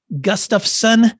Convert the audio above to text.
Gustafson